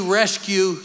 rescue